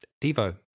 Devo